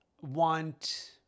want